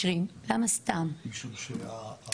ומעטפת תמיכה וסיוע לאזרחי אוקראינה השוהים בישראל.